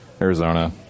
Arizona